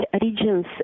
regions